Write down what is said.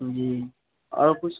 जी और कुछ